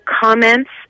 comments